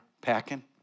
packing